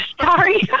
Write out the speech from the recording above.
sorry